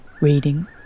reading